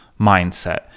mindset